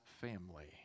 family